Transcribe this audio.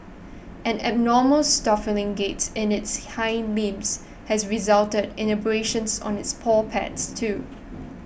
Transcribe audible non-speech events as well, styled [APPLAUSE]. an abnormal [UNINTELLIGIBLE] gaits in its hide [UNINTELLIGIBLE] has resulted in abrasions on its paw pads too